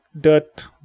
dirt